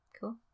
Cool